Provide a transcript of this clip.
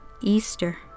Easter